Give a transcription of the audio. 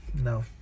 No